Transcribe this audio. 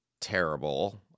terrible